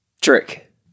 trick